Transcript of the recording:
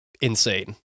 insane